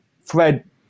Fred